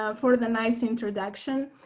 um for the nice introduction!